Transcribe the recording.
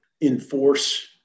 enforce